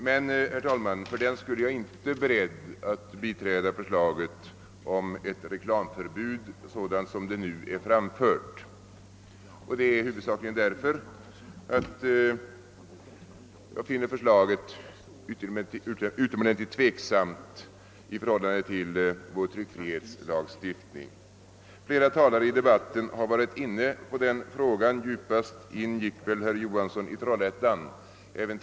Men, herr talman, fördenskull är jag inte beredd att biträda förslaget om ett reklamförbud sådant som detta nu är framfört, huvudsakligen därför att jag finner förslaget utomordentligt tveksamt i förhållande till vår tryckfrihetslagstiftning. Flera talare har i debatten varit inne på den frågan, djupast gick väl herr Johansson i Trollhättan in på den.